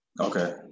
Okay